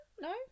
No